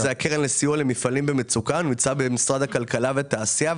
זה הקרן לסיוע למפעלים במצוקה שנמצא במשרד הכלכלה והתעשייה.